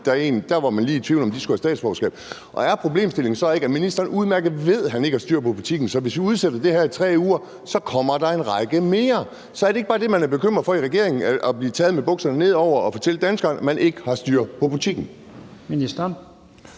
man var blevet i tvivl om, om vedkommende skulle have statsborgerskab? Og er problemstillingen så ikke, at ministeren udmærket godt ved, at han ikke har styr på butikken, så hvis vi udsætter det her i 3 uger, vil man komme til at finde man endnu flere? Er det ikke bare sådan, at man i regeringen er bekymret for at blive taget med bukserne nede og skulle fortælle danskerne, at man ikke har styr på butikken?